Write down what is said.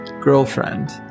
girlfriend